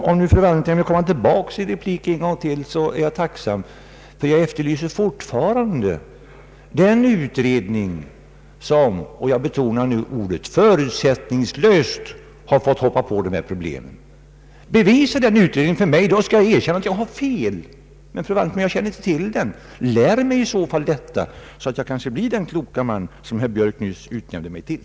Om fru Wallentheim vill komma tillbaka i replik en gång till är jag tacksam, ty jag efterlyser fortfarande den utredning som — jag betonar nu ordet — förutsättningslöst har fått ta sig an dessa problem. Visa fram den utredningen för mig, så skall jag erkänna att jag har fel. Men, fru Wallentheim, jag känner inte till den. Upplys mig i så fall, så att jag kanske blir den kloke man som herr Björk nyss utnämnde mig till.